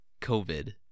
COVID